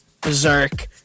berserk